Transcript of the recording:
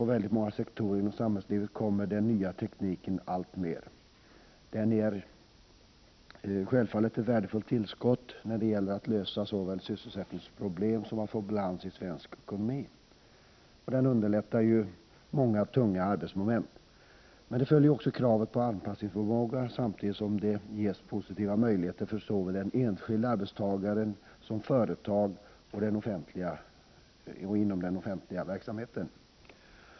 På väldigt många sektorer inom samhällslivet kommer den nya tekniken alltmer. Den är självklart ett värdefullt tillskott såväl när det gäller att lösa sysselsättningsproblem som när det gäller att få balans i svensk ekonomi. Den underlättar många tunga arbetsmoment. Med det följer också kravet på anpassningsförmåga, samtidigt som det ges positiva möjligheter för såväl den enskilde arbetstagaren som företagen och den offentliga verksamheten.